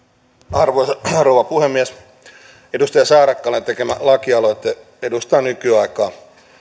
arvoisa rouva puhemies edustaja saarakkalan tekemä lakialoite edustaa nykyaikaa